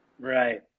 Right